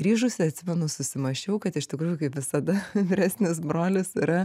grįžusi atsimenu susimąsčiau kad iš tikrųjų kaip visada vyresnis brolis yra